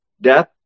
Death